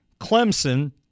Clemson